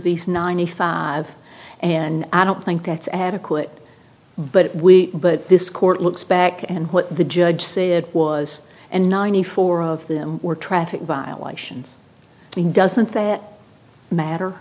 these ninety five and i don't think that's adequate but we but this court looks back and what the judge say it was and ninety four of them were traffic violation